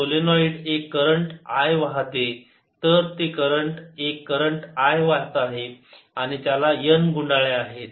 solenoid एक current I वाहते तर ते एक करंट I वाहत आहे आणि त्याला N गुंडाळ्या आहेत